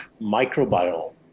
microbiome